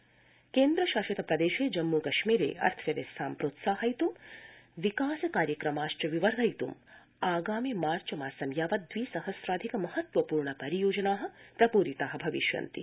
ज्ञम्मू परियोजना केन्द्रशासित प्रदेशे जम्मू कश्मीरे अर्थव्यवस्थां प्रोत्साहयित् विकास कार्यक्रमाश्च विवर्धयित्म आगामि मार्च मासं यावत् दवि सहस्राधिक महत्त्वपूर्ण परियोजना प्रपूरिता भविष्यन्ति